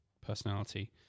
personality